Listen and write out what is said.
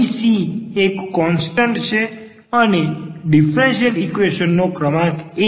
અહીં c એક constant છે અને ડીફરન્સીયલ ઈક્વેશન નો ક્રમાંક 1 છે